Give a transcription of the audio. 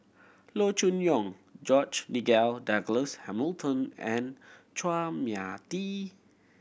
Loo Choon Yong George Nigel Douglas Hamilton and Chua Mia Tee